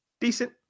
Decent